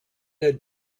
had